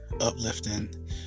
uplifting